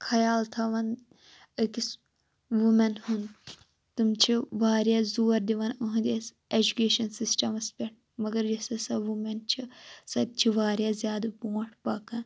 خَیال تھاوان أکِس وومیٚن ہُنٛد تِم چھِ واریاہ روز دِوان ٲہنٛدِس ایٚجوکیشن سِسٹَمَس پٮ۪ٹھ مَگَر یۄس ہَسا وومیٚن چھ سۄ تہِ چھِ واریاہ زیادٕ بونٛٹھ پَکان